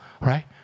right